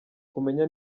kumenya